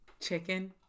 chicken